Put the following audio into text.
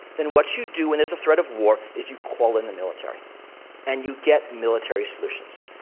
then what you do when there's a threat of war is you call in the military and you get military solutions.